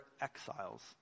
exiles